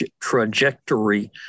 trajectory